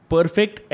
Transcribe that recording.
Perfect